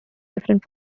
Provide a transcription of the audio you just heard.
different